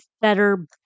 Better